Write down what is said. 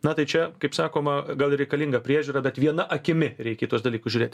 na tai čia kaip sakoma gal reikalinga priežiūra bet viena akimi reikia į tuos dalykus žiūrėti